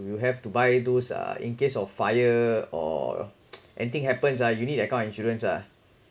you have to buy those ah in case of fire or anything happens ah you need that kind of insurance ah